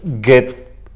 Get